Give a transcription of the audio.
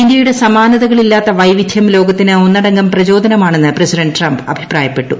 ഇന്ത്യയുടെ സമാനതകളില്ലാത്ത വൈവിധ്യം ലോകത്തിന് ഒന്നടങ്കം പ്രചോദനമാണെന്ന് പ്രസിഡന്റ് ട്രംപ് അഭിപ്രായപ്പെട്ടു